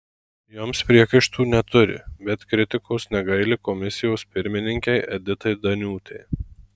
joms priekaištų neturi bet kritikos negaili komisijos pirmininkei editai daniūtei